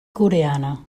coreana